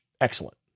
Excellent